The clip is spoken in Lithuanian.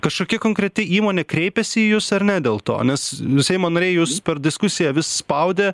kažkokia konkreti įmonė kreipėsi į jus ar ne dėl to nes seimo nariai jus per diskusiją vis spaudė